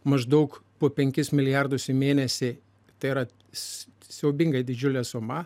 maždaug po penkis milijardus į mėnesį tai yra siaubingai didžiulė suma